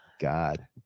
god